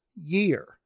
year